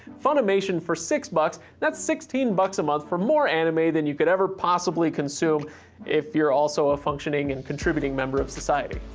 funimation for six bucks, that's sixteen bucks a month for more anime than you could ever possibly consume if you're also a functioning and contributing member of society.